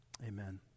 amen